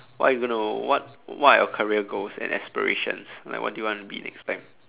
what you gonna what what are your career goals and aspirations like what do you want to be next time